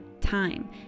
time